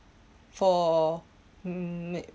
for me